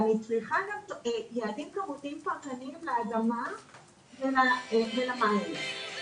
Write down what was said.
אני צריכה יעדים כמותיים לאדמה ולמים.